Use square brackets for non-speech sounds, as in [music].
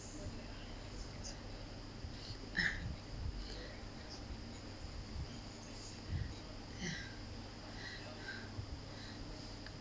[breath]